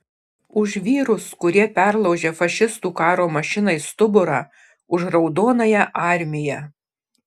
už vyrus kurie perlaužė fašistų karo mašinai stuburą už raudonąją armiją